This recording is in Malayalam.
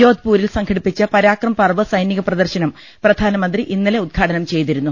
ജോധ് പൂരിൽ സം ഘടിപ്പിച്ച പരാക്രം പർവ് സൈനിക പ്രദർശനം പ്രധാനമന്ത്രി ഇന്നലെ ഉദ്ഘാടനം ചെ യ്തിരുന്നു